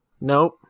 Nope